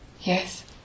Yes